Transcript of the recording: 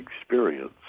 experience